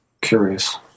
curious